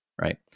right